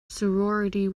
sorority